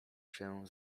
się